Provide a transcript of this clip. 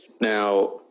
Now